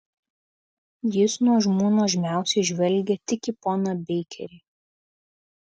jis nuožmių nuožmiausiai žvelgia tik į poną beikerį